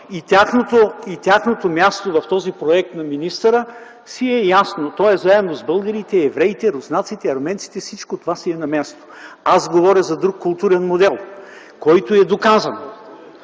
Тяхното място в този проект на министъра си е ясно – то е заедно с българите, евреите, руснаците, арменците. Всичко това си е на място. Аз говоря за друг културен модел, който е доказан.